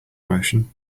motion